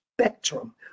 spectrum